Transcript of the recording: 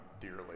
dearly